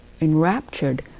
Enraptured